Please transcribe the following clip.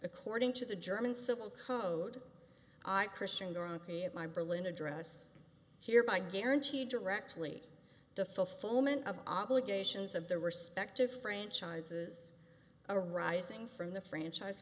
according to the german civil code i christians are ok at my berlin address hereby guarantee directly to fulfillment of obligations of the respective franchises a rising from the franchise